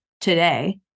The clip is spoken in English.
today